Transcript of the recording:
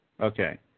okay